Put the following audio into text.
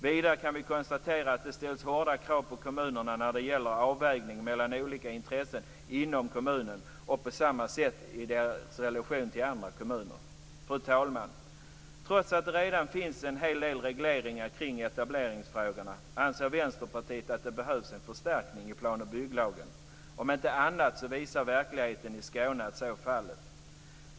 Vidare kan vi konstatera att det ställs hårda krav på kommunerna när det gäller avvägning mellan olika intressen inom kommunen och på samma sätt i relation till andra kommuner. Fru talman! Trots att det redan finns en hel del regleringar kring etableringsfrågorna anser Vänsterpartiet att det behövs en förstärkning i plan och bygglagen. Om inte annat visar verkligheten i Skåne att så är fallet.